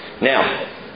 Now